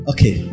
Okay